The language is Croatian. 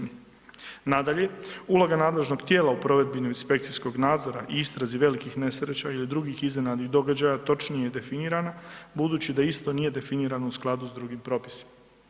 Nadalje, uloga nadležnog tijela u provedbi inspekcijskog nadzora i istrazi velikih nesreća ili drugih iznenadnih događaja, točnije definirana, budući da isto nije definirano u skladu s drugim propisima.